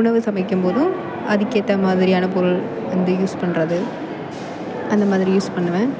உணவை சமைக்கும்போதும் அதுக்கேற்ற மாதிரியான பொருள் வந்து யூஸ் பண்ணுறது அந்த மாதிரி யூஸ் பண்ணுவேன்